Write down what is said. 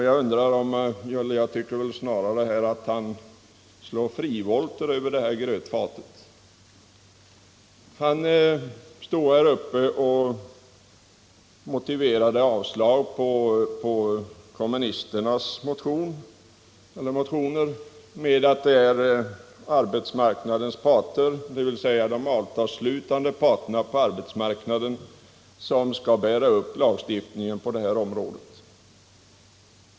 Jag tycker snarare att han slog frivolter över grötfatet. Han stod här uppe och motiverade avslag på kommunisternas motioner med att det är arbetsmarknadens parter, dvs. de avtalsslutande parterna på arbetsmarknaden, som skall bära upp lagstiftningen på det här området.